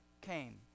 came